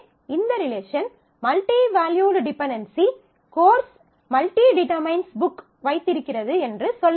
எனவே இந்த relation multi valued dependency course →→ book course →→ book வைத்திருக்கிறது என்று சொல்ல முடியும்